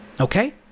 Okay